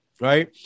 Right